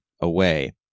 away